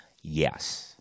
Yes